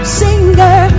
singer